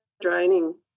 draining